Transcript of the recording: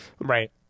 Right